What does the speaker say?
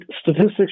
statistics